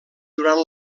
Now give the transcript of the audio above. durant